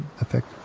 effect